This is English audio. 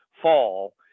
fall